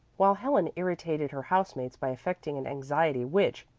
while helen irritated her house-mates by affecting an anxiety which,